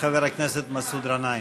חבר הכנסת מסעוד גנאים.